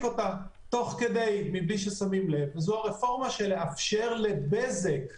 אותה תוך כדי מבלי ששמים לב וזו הרפורמה של לאפשר לבזק ולהוט,